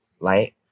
light